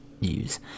news